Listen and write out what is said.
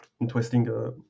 interesting